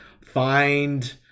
Find